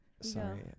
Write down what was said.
Sorry